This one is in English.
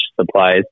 supplies